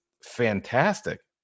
fantastic